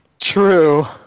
True